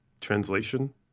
translation